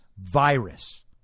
virus